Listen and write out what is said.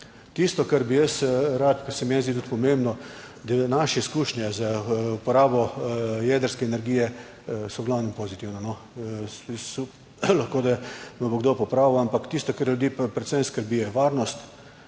Tisto, kar bi jaz rad, ker se meni zdi tudi pomembno, da naše izkušnje z uporabo jedrske energije so v glavnem pozitivno. Super. Lahko da me bo kdo popravi, ampak tisto, kar ljudi predvsem skrbi, je varnost.